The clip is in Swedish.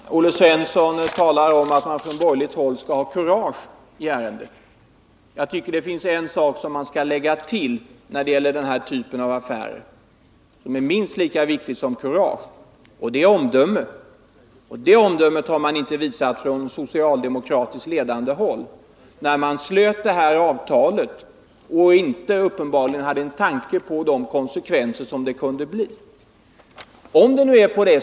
Herr talman! Olle Svensson talar om att man från borgerligt håll skall ha kurage i ärendet. Det finns en sak man skall lägga till när det gäller den här typen av affärer som är minst lika viktig som kurage, och det är omdöme. Det omdömet har man inte visat från socialdemokratiskt ledande håll då man slöt detta avtal och uppenbarligen inte hade en tanke på de konsekvenser det kunde få.